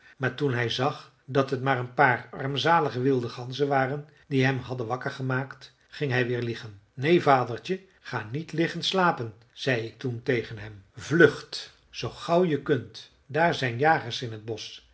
maar toen hij zag dat het maar een paar armzalige wilde ganzen waren die hem hadden wakker gemaakt ging hij weer liggen neen vadertje ga niet liggen slapen zei ik toen tegen hem vlucht zoo gauw je kunt daar zijn jagers in t bosch